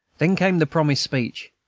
then came the promised speech,